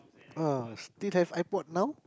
uh still have iPod now